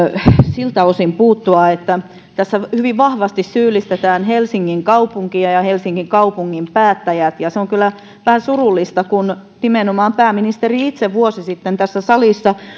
siltä osin puuttua että tässä hyvin vahvasti syyllistetään helsingin kaupunkia ja helsingin kaupungin päättäjiä se on kyllä vähän surullista kun nimenomaan pääministeri itse vuosi sitten tässä salissa